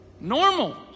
Normal